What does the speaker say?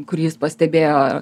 kurį jis pastebėjo